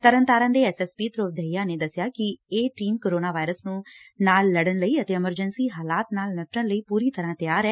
ਤਰਨਤਾਰਨ ਦੇ S S P Dhruv Dahiya ਨੇ ਦਸਿਆ ਕਿ ਇਹ ਟੀਮ ਕੋਰੋਨਾ ਵਾਇਰਸ ਨਾਲ ਲਤਨ ਲਈ ਅਤੇ ਐਮਰਜੈਂਸੀ ਹਾਲਾਤ ਨਾਲ ਨਿਪਟਣ ਲਈ ਪੂਰੀ ਤਰ੍ਹਾ ਨਾਲ ਤਿਆਰ ਐ